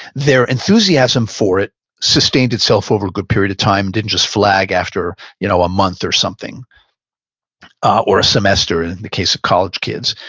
their enthusiasm for it sustained itself over a good period of time. didn't just flag after you know a month or something or a semester, in the case of college kids,